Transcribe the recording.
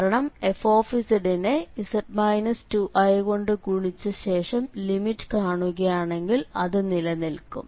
കാരണം fനെ കൊണ്ട് ഗുണിച്ച ശേഷം ലിമിറ്റ് കാണുകയാണെങ്കിൽ അത് നിലനിൽക്കും